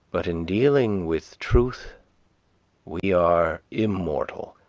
but in dealing with truth we are immortal,